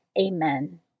Amen